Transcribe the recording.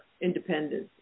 independence